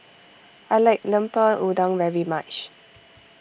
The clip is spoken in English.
I like Lemper Udang very much